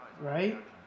Right